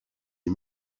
est